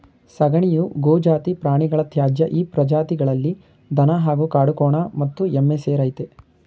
ಸಗಣಿಯು ಗೋಜಾತಿ ಪ್ರಾಣಿಗಳ ತ್ಯಾಜ್ಯ ಈ ಪ್ರಜಾತಿಗಳಲ್ಲಿ ದನ ಹಾಗೂ ಕಾಡುಕೋಣ ಮತ್ತು ಎಮ್ಮೆ ಸೇರಯ್ತೆ